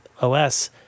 OS